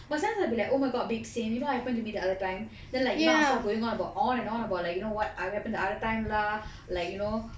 but sometimes I'll be like oh my god big scene you know what happened to me the other time then like you know I will start going on about on and on about like you know what I've happened to other time lah like you know